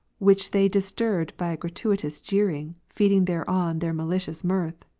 which they disturbed by a gratuitous jeering, feeding thereon their ma licious mirth.